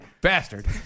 bastard